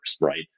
right